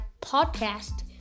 podcast